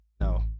No